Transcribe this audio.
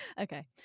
okay